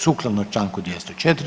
Sukladno Članku 204.